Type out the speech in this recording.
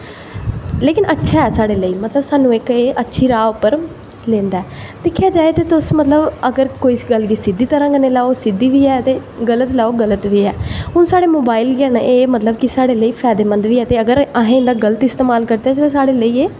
लेकिन अच्छा ऐ साढ़े लेई मतलब सानूं इक अच्छी राह् उप्पर लेंदा ऐ दिक्खेआ जाए ते तुस मतलब अगर कोई गल्ल गी सिद्धी तरहां कन्नै लैओ ते सिद्धी बी ऐ ते गलत लैओ ते गलत बी ऐ हून साढ़े मोबाइल गै न एह् मतलब कि साढ़े लेई फैदेमंद बी हैन ते अगर अस इं'दा गलत इस्तेमाल करचै ते साढ़े लेई एह्